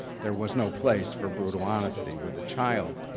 there was no place for brutal honesty with a child.